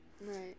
Right